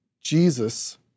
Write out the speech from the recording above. Jesus